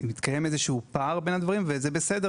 מתקיים פער בין הדברים, וזה בסדר.